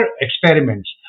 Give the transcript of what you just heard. experiments